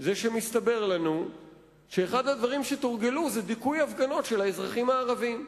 זה שמסתבר לנו שאחד הדברים שתורגלו היה דיכוי הפגנות של האזרחים הערבים.